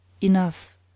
enough